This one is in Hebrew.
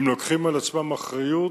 הם לוקחים על עצמם אחריות,